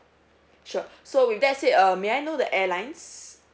sure so with that said uh may I know the airlines